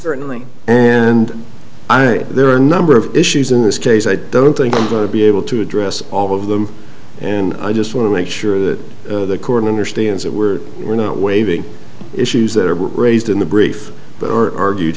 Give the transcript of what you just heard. certainly and i there are a number of issues in this case i don't think i'm going to be able to address all of them and i just want to make sure that the court understands that we're we're not waiving issues that are raised in the brief but are argued